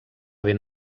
ben